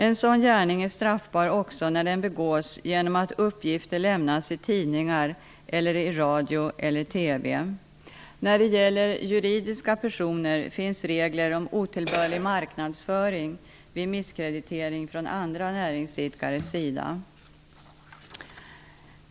En sådan gärning är straffbar också när den begås genom att uppgifter lämnas i tidningar eller i radio eller TV. När det gäller juridiska personer finns regler om otillbörlig marknadsföring vid misskreditering från andra näringsidkares sida.